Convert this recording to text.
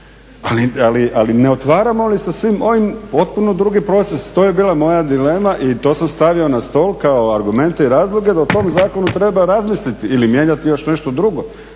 Ali ne otvaramo li sa svim ovim potpuno drugi proces? To je bila moja dilema i to sam stavio na stol kao argumente i razloge da o tom zakonu treba razmisliti ili mijenjati još nešto drugo